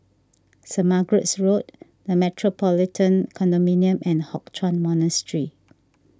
Saint Margaret's Road the Metropolitan Condominium and Hock Chuan Monastery